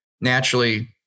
naturally